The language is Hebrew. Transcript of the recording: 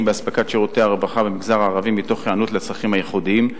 באספקת שירותי הרווחה במגזר הערבי מתוך היענות לצרכים הייחודיים.